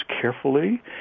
carefully